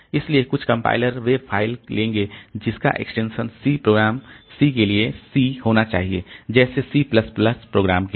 इसलिए कुछ कंपाइलर वे फ़ाइल लेंगे जिसका एक्सटेंशन C प्रोग्राम C के लिए c होना चाहिए जैसे C प्लस प्लस प्रोग्राम के लिए